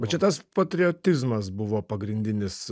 va čia tas patriotizmas buvo pagrindinis